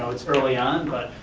so it's early on but,